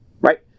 right